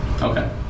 Okay